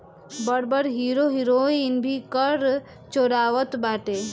बड़ बड़ hero heroine भी कर चोरावत बाटे